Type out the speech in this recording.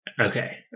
Okay